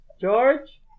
George